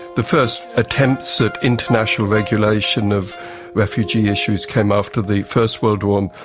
the first attempts at international regulation of refugee issues came after the first world war. um